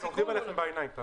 עובדים עליכם בעיניים.